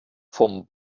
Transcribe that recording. vom